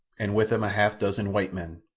and with them a half-dozen white men.